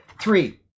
three